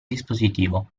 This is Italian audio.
dispositivo